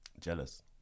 Jealous